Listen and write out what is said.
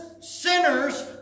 sinners